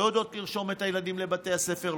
לא יודעות לרשום את הילדים לבתי הספר,